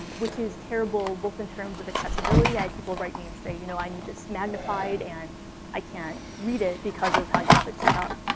which is terrible, both in terms of accessibility i had people write me and say, you know, i need this magnified, and i can't read it because of how you have it set up.